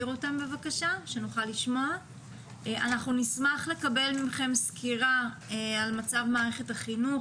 אנחנו נשמח לקבל מכם סקירה על מצב מערכת החינוך,